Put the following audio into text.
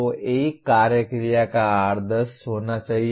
तो एक कार्य क्रिया का आदर्श होना चाहिए